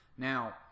Now